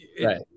Right